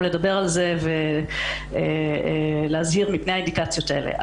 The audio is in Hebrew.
לדבר את זה ולהזהיר מפני האינדיקציות האלה.